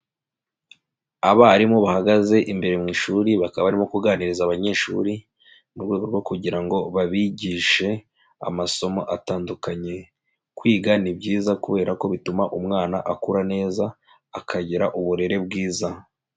Abarimu bahagaze imbere mu ishuri, bakaba barimo kuganiriza abanyeshuri, mu rwego rwo kugira ngo babigishe amasomo atandukanye. Kwiga ni byiza kubera ko bituma umwana akura neza, akagira uburere bwiza.